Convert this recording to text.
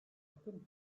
takım